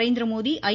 Narendra Modi ஐ